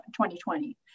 2020